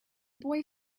boy